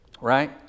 right